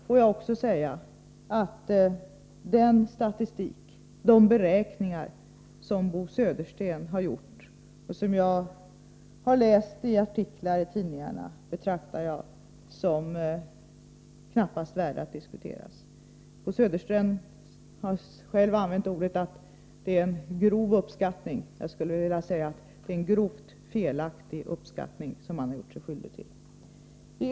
Får jag också säga att den statistik och de beräkningar som Bo Södersten har gjort och som jag har läst om i artiklar i tidningarna betraktar jag som knappast värda att diskutera. Bo Södersten har själv använt ordet ”grov uppskattning”. Jag skulle vilja säga att det är en grovt felaktig uppskattning som han har gjort sig skyldig till.